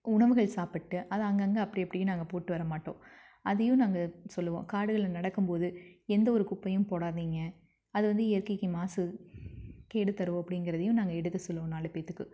உணவுகள் சாப்பிட்டு அதை அங்கங்கே அப்படி அப்படியே நாங்கள் போட்டு வர மாட்டோம் அதையும் நாங்கள் சொல்லுவோம் காடுகளை நடக்கும் போது எந்த ஒரு குப்பையும் போடாதீங்க அது வந்து இயற்கைக்கு மாசு கேடு தரும் அப்படிங்கறதையும் நாங்கள் எடுத்து சொல்லுவோம் நாலு பேத்துக்கு